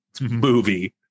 movie